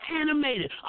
animated